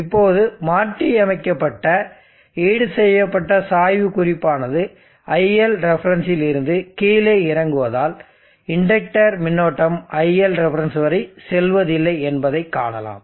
இப்போது மாற்றியமைக்கப்பட்ட ஈடுசெய்யப்பட்ட சாய்வு குறிப்பானது ILref இல் இருந்து கீழே இறங்குவதால் இண்டக்டர் மின்னோட்டம் ILref வரை செல்வதில்லை என்பதை காணலாம்